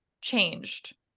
changed